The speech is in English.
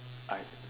I